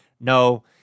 No